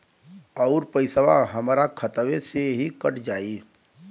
अउर पइसवा हमरा खतवे से ही कट जाई?